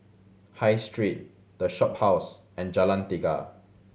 High Street The Shophouse and Jalan Tiga